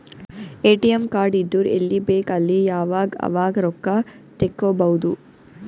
ATM card ಇದ್ದುರ್ ಎಲ್ಲಿ ಬೇಕ್ ಅಲ್ಲಿ ಯಾವಾಗ್ ಅವಾಗ್ ರೊಕ್ಕಾ ತೆಕ್ಕೋಭೌದು